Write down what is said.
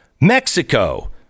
Mexico